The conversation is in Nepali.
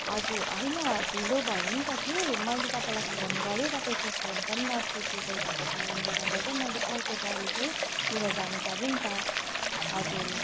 हजुर होइन ढिलो भयो नि त कि मैले तपाईँलाई फोन गरे तपाईँको फोन पनि नट रिचेबल भएको कारणले गर्दा चाहिँ मैले अर्को गाडी चाहिँ लिएर जानु पऱ्यो नि त हजुर